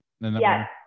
Yes